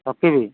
hockey ବି